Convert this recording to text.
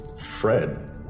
Fred